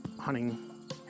hunting